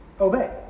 obey